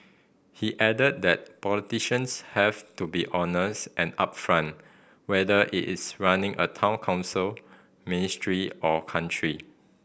he added that politicians have to be honest and upfront whether it is running a Town Council ministry or country